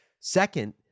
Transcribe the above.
Second